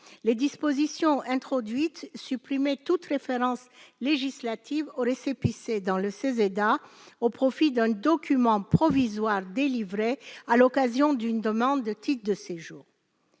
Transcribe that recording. Les dispositions introduites supprimaient toute référence législative au récépissé dans le Ceseda, au profit d'un document provisoire délivré à l'occasion d'une demande de titre de séjour.